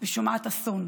ושומעת אסון: